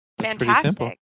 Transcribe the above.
fantastic